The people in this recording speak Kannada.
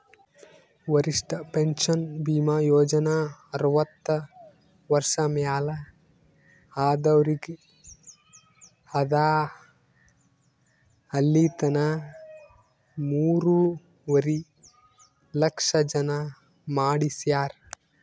ವರಿಷ್ಠ ಪೆನ್ಷನ್ ಭೀಮಾ ಯೋಜನಾ ಅರ್ವತ್ತ ವರ್ಷ ಮ್ಯಾಲ ಆದವ್ರಿಗ್ ಅದಾ ಇಲಿತನ ಮೂರುವರಿ ಲಕ್ಷ ಜನ ಮಾಡಿಸ್ಯಾರ್